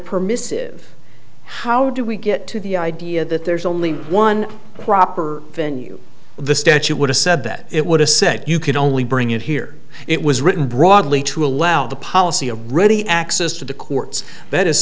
permissive how do we get to the idea that there's only one proper venue the statue would have said that it would have said you could only bring it here it was written broadly to allow the policy of ready access to the courts that is